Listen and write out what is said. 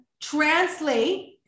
translate